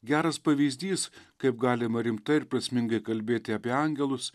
geras pavyzdys kaip galima rimtai ir prasmingai kalbėti apie angelus